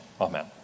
amen